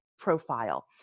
profile